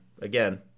again